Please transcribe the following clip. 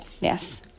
Yes